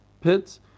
pits